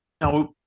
Now